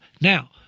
Now